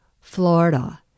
Florida